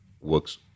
works